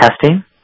testing